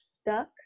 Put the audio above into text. stuck